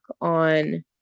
on